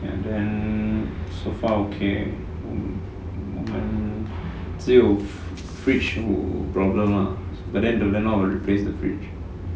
and then so far okay 我们只有 fridge wu problem lah but then the landlord will replace the fridge